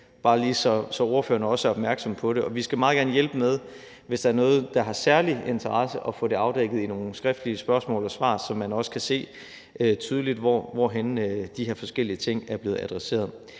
bare lige så ordførerne også er opmærksomme på det – og at vi meget gerne skal hjælpe, hvis der er noget, der har særlig interesse, med at få det afdækket i nogle skriftlige spørgsmål og svar, så man også tydeligt kan se, hvor de her forskellige ting er blevet adresseret.